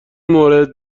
مورد